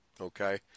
Okay